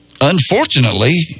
unfortunately